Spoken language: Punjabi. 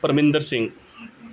ਪਰਮਿੰਦਰ ਸਿੰਘ